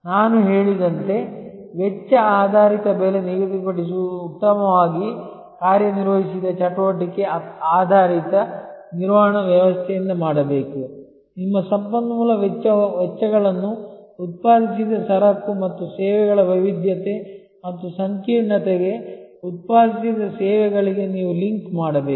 ನಾನು ಹೇಳಿದಂತೆ ವೆಚ್ಚ ಆಧಾರಿತ ಬೆಲೆ ನಿಗದಿಪಡಿಸುವುದು ಉತ್ತಮವಾಗಿ ಕಾರ್ಯನಿರ್ವಹಿಸಿದ ಚಟುವಟಿಕೆ ಆಧಾರಿತ ನಿರ್ವಹಣಾ ವ್ಯವಸ್ಥೆಯಿಂದ ಮಾಡಬೇಕು ನಿಮ್ಮ ಸಂಪನ್ಮೂಲ ವೆಚ್ಚಗಳನ್ನು ಉತ್ಪಾದಿಸಿದ ಸರಕು ಮತ್ತು ಸೇವೆಗಳ ವೈವಿಧ್ಯತೆ ಮತ್ತು ಸಂಕೀರ್ಣತೆಗೆ ಉತ್ಪಾದಿಸಿದ ಸೇವೆಗಳಿಗೆ ನೀವು ಲಿಂಕ್ ಮಾಡಬೇಕು